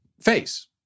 face